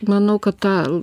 manau kad tą